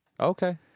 Okay